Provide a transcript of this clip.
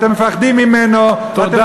אתם מפחדים ממנו, תודה.